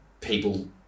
people